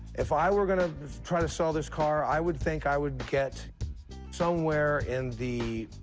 if i were going to try to sell this car, i would think i would get somewhere in the